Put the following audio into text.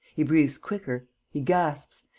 he breathes quicker. he gasps.